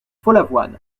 follavoine